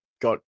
got